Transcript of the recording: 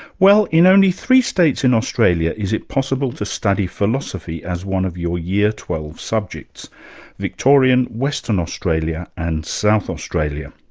well in only three states in australia is it possible to study philosophy as one of your year twelve subjects victoria, and western australia and south australia.